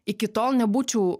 iki tol nebūčiau